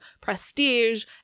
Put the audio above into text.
prestige